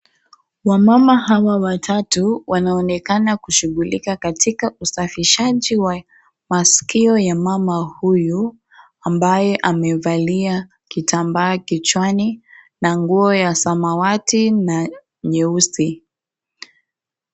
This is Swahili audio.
Wamama hawa watatu wanaonekana kushugulika katika usafiji wa maskio ya mama huyu ambaye amevalia kitambaa kichwani na nguo ya samawati na nyeusi.